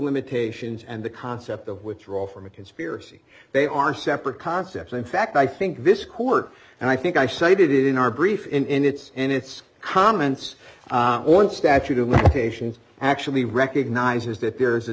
limitations and the concept of withdrawal from a conspiracy they are separate concepts in fact i think this court and i think i cited in our brief in its in its comments on statute of limitations actually recognizes that there is a